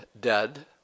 dead